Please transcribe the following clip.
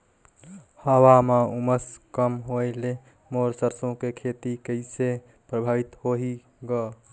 हवा म उमस कम होए ले मोर सरसो के खेती कइसे प्रभावित होही ग?